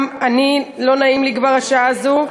גם אני, לא נעים לי כבר השעה הזאת.